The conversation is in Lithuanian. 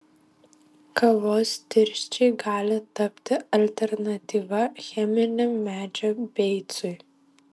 kavos tirščiai gali tapti alternatyva cheminiam medžio beicui